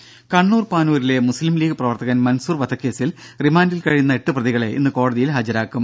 ദേദ കണ്ണൂർ പാനൂരിലെ മുസ്ലിംലീഗ് പ്രവർത്തകൻ മൻസൂർ വധക്കേസിൽ റിമാൻഡിൽ കഴിയുന്ന എട്ട് പ്രതികളെ ഇന്ന് കോടതിയിൽ ഹാജരാക്കും